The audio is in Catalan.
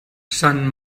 sant